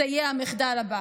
זה יהיה המחדל הבא.